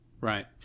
Right